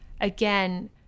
again